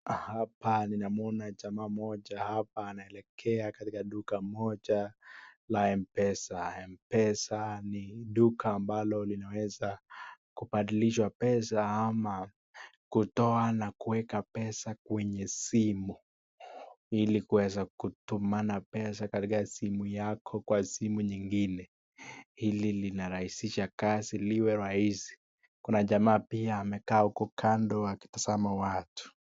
Hapa ninamwona jamaa mmoja hapa anaelekea katika duka moja la mpesa. Mpesa ni duka ambalo linaweza kubadilisha pesa ama kutoa na kuweka pesa kwenye simu ili kuweza kutumana pesa katika simu yako kwa simu nyingine. Hili linarahisisha kazi liwe rahisi. Kuna jamaa amekaa pia huko kando akitazama watu.